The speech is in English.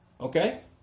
Okay